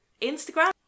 instagram